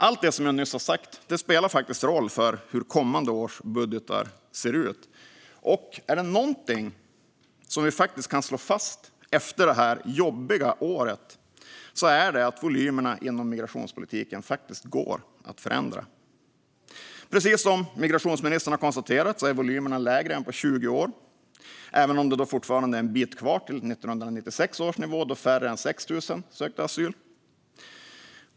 Allt det jag nyss sagt spelar faktiskt roll för hur kommande års budgetar ser ut, och är det någonting vi kan slå fast efter det här jobbiga året är det att volymerna inom migrationspolitiken faktiskt går att förändra. Precis som migrationsministern har konstaterat är volymerna lägre än på 20 år, även om det då fortfarande är en bit kvar till 1996 års nivå, då färre än 6 000 sökte asyl här.